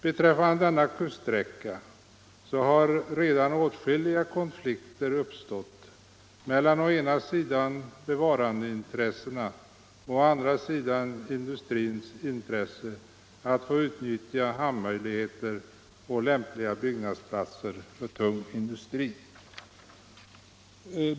Beträffande denna kuststräcka har redan åtskilliga konflikter uppstått mellan å ena sidan bevarandeintressena och å andra sidan industrins intresse att få utnyttja hamnmöjligheter och lämpliga byggnadsplatser för tung industri.